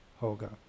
Hoga